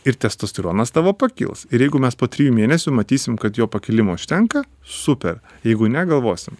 ir testosteronas tavo pakils ir jeigu mes po trijų mėnesių matysim kad jo pakilimo užtenka super jeigu ne galvosim